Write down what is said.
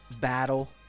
battle